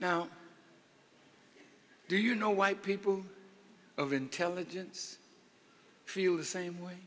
now do you know why people of intelligence feel the same way